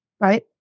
Right